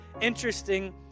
interesting